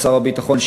שר הביטחון,